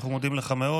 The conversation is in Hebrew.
אנחנו מודים לך מאוד.